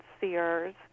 Sears